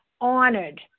honored